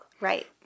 Right